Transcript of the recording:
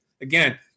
Again